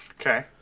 Okay